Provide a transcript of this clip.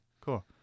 Cool